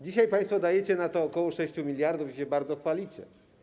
Dzisiaj państwo dajecie na to ok. 6 mld i bardzo się chwalicie.